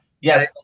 Yes